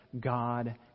God